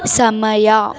ಸಮಯ